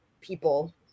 people